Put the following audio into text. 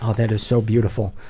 ah that is so beautiful.